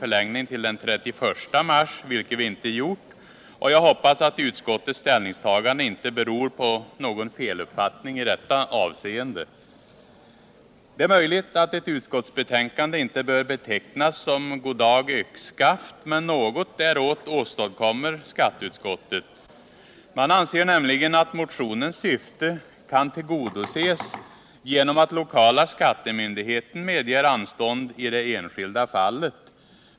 förlängning till den 31 mars, vilket vi alltså inte gjort, och jag hoppas att utskottets ställningstagande inte beror på någon feluppfattning i detta avseende. Det är möjligt att ett utskottsbetänkande inte bör betecknas som ”goddag yxskaft”, men något däråt åstadkommer skatteutskottet. Man anser nämligen att motionens syfte kan tillgodoses genom att lokala skattemyn digheten medger anstånd i det enskilda fallet.